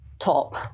Top